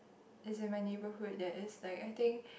as in my neighbourhood there is like I think